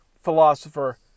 philosopher